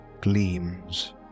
gleams